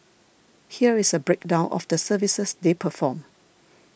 here is a breakdown of the services they perform